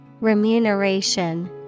Remuneration